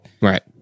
Right